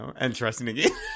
Interesting